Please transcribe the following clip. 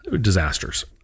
Disasters